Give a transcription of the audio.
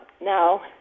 no